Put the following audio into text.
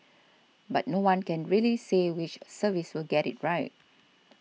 but no one can really say which service will get it right